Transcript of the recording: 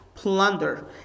Plunder